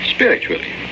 Spiritually